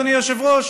אדוני היושב-ראש?